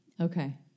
okay